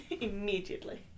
Immediately